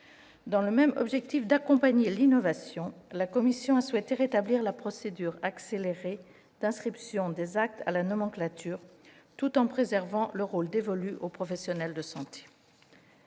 Dans le même objectif d'accompagnement de l'innovation, la commission a souhaité rétablir la procédure accélérée d'inscription des actes à la nomenclature, tout en préservant le rôle dévolu aux professionnels de santé.